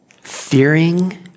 fearing